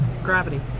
gravity